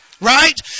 Right